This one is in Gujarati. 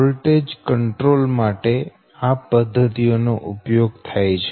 વોલ્ટેજ કંટ્રોલ માટે આ પદ્ધતિઓ નો ઉપયોગ થાય છે